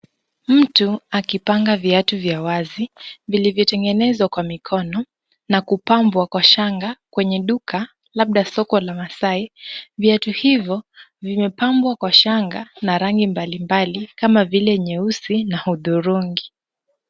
Mtu akipanga viatu vya wazi vilivyotengenezwa kwa mikono na kupambwa kwa shanga kwenye duka labda soko la maasai .Viatu hivo vimepambwa kwa shanga na rangi mbalimbali kama vile nyeusi na hudhurungi.